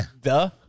duh